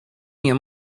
nie